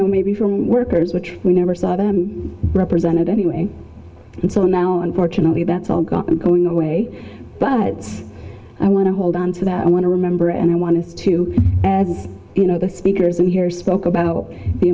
know maybe from workers which we never saw them represented anyway and so now unfortunately that's all gone going away but i want to hold on to that i want to remember and i wanted to add you know the speakers in here spoke about the